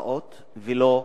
בתוצאות ולא בסיבות.